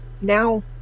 now